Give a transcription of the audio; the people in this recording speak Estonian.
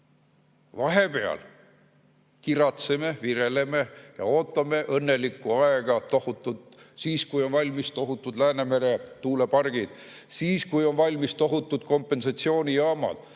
Vahepeal kiratseme, vireleme ja ootame tohutult õnnelikku aega, kui on valmis tohutud Läänemere tuulepargid, kui on valmis tohutud kompensatsioonijaamad.